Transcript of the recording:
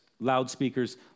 loudspeakers